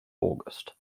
august